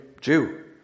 Jew